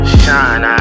shine